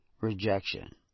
rejection